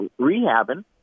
rehabbing